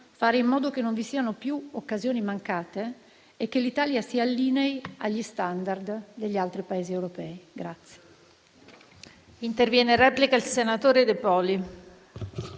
fare in modo che non vi siano più occasioni mancate e che l'Italia si allinei agli *standard* degli altri Paesi europei.